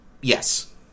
Yes